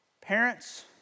parents